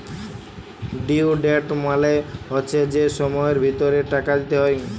due date মালে হচ্যে যে সময়ের ভিতরে টাকা দিতে হ্যয়